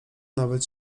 nawet